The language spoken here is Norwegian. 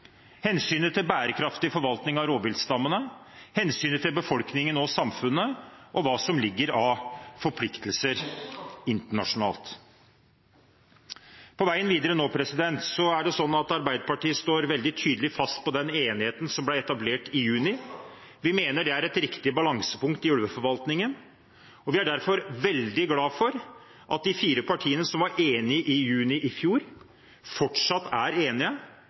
hensynet til bærekraftig forvaltning av rovviltstammene, hensynet til befolkningen og samfunnet, og hva som ligger av forpliktelser internasjonalt. På veien videre står Arbeiderpartiet veldig tydelig fast på enigheten som ble etablert i juni. Vi mener det er et riktig balansepunkt i ulveforvaltningen, og vi er derfor veldig glad for at de fire partiene som var enige i juni i fjor, fortsatt er enige,